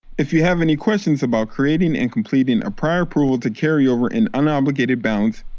if you have any questions about creating and completing a prior approval to carryover an unobligated balance,